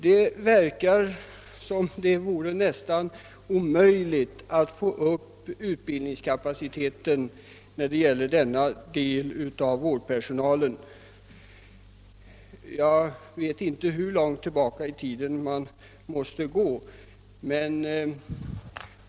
Det verkar som om det vore nästan omöjligt att höja utbildningskapaciteten för denna del av vårdpersonalen.